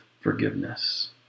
forgiveness